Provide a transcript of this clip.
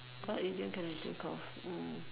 what idiom can I think of mm